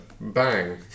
bang